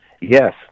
Yes